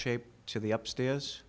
shaped to the upstairs